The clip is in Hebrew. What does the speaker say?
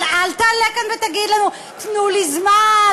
אבל אל תעלה לכאן ותגיד לנו: תנו לי זמן,